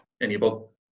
enable